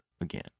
again